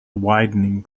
widening